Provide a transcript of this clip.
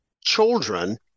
children